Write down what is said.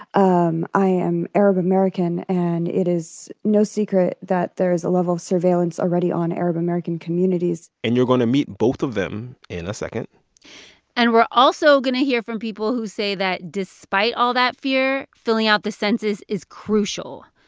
um i am arab american. and it is no secret that there is a level of surveillance already on arab-american communities and you're going to meet both of them in a second and we're also going to hear from people who say that despite all that fear, filling out the census is crucial,